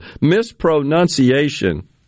mispronunciation